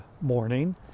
morning